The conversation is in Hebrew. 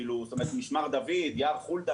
משמר דוד או יער חולדה.